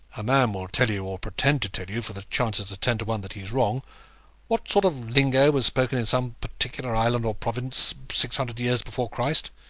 a man will tell you, or pretend to tell you for the chances are ten to one that he is wrong what sort of lingo was spoken in some particular island or province six hundred years before christ.